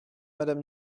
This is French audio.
madame